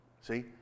See